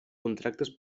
contractes